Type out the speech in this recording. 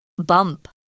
Bump